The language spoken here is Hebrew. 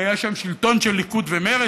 כי היה שם שלטון של ליכוד ומרצ.